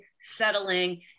settling